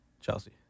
Chelsea